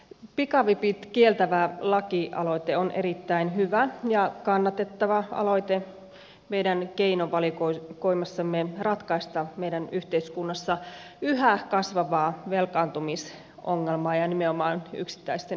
pikavipit kieltävä lakialoite on erittäin hyvä ja kannatettava aloite meidän keinovalikoimassamme ratkaista meidän yhteiskunnassamme yhä kasvavaa velkaantumisongelmaa ja nimenomaan yksittäisten yksityisten ihmisten velkaantumisongelmaa